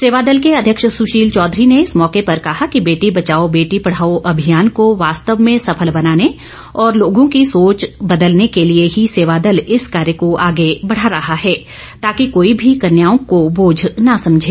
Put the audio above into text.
सेवादल के अध्यक्ष सुशील चौधरी ने इस मौके पर कहा कि बेटी बचाओ बेटी पढ़ाओ अभियान को वास्तव में सफल बनाने और लोगों की सोच बदलने के लिए ही सेवादल इस कार्य को आगे बढ़ा रहा है ताकि कोई भी कन्याओं को बोझ न समझे